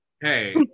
Hey